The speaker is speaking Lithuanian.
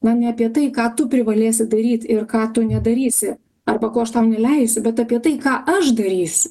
na ne apie tai ką tu privalėsi daryt ir ką tu nedarysi arba ko aš tau neleisiu bet apie tai ką aš darys